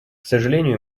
сожалению